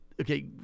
Okay